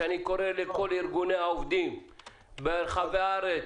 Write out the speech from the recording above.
לכל ארגוני העובדים ברחבי הארץ,